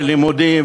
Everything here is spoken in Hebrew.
ללימודים,